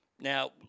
Now